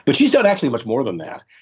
but she's done actually much more than that.